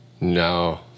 No